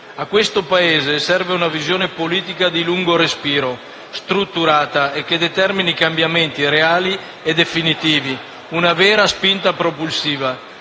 A questo Paese serve una visione politica di lungo respiro, strutturata e che determini cambiamenti reali e definitivi, una vera spinta propulsiva.